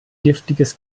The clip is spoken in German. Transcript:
giftiges